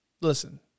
listen